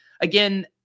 again